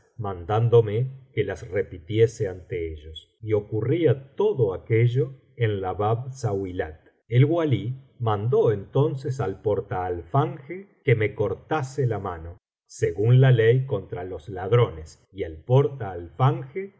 mandándome que las repitiese ante ellos y ocurría todo aquello en la bab zauilat el walí raandó entonces al portaalfanje que me cortase la mano según la ley contra los ladrones y el